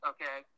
Okay